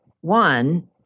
One